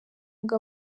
ngo